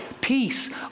peace